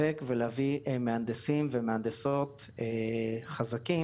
זאת על מנת, לספק ולהביא מהנדסים ומהנדסות חזקים